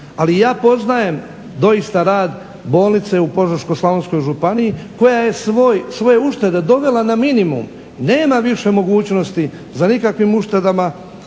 Ali ja poznajem doista rad bolnice u Požeško-slavonskoj županiji koja je svoje uštede dovela na minimum. Nema više mogućnosti za nikakvim uštedama